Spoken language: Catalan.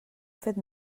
fet